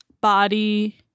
body